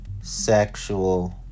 sexual